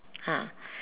ah